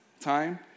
time